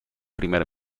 primer